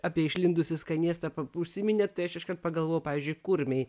apie išlindusį skanėstą pap užsiminėt tai aš iškart pagalvojau pavyzdžiui kurmiai